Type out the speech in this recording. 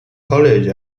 college